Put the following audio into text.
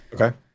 Okay